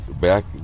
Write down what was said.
Back